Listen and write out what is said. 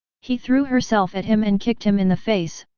he threw herself at him and kicked him in the face,